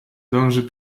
dąży